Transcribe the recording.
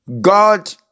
God